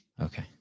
okay